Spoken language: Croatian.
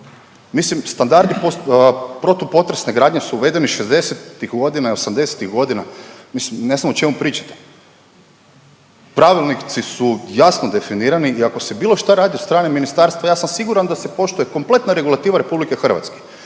Mislim standardi protupotresne gradnje su uvedeni '60.-tih godina i '80.-tih godina, mislim ne znam o čemu pričate. Pravilnici su jasno definirani i ako se bilo šta radi od strane ministarstva ja sam siguran da se poštuje kompletna regulativa RH i tehnički